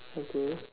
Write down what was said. okay